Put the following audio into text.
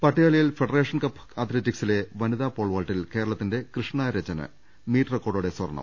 പട്യാലയിൽ federation cup അത്ലറ്റിക്സിലെ വനിതാ പോൾവാൾട്ടിൽ കേരളത്തിന്റെ കൃഷ്ണരചന് മീറ്റ് റെക്കോർഡോടെ സ്വർണം